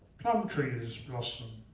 plum trees blossom.